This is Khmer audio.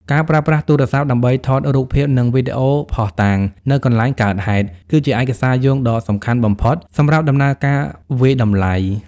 ការប្រើប្រាស់ទូរស័ព្ទដើម្បី ថតរូបភាព និងវីដេអូភស្តុតាង នៅកន្លែងកើតហេតុ គឺជាឯកសារយោងដ៏សំខាន់បំផុតសម្រាប់ដំណើរការវាយតម្លៃ។